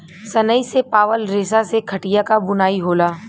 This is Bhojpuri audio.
सनई से पावल रेसा से खटिया क बुनाई होला